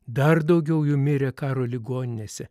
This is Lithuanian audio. dar daugiau jų mirė karo ligoninėse